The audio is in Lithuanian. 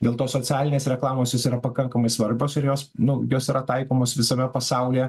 dėl to socialinės reklamos jos yra pakankamai svarbios ir jos nu jos yra taikomos visame pasaulyje